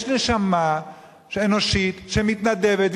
יש נשמה אנושית שמתנדבת,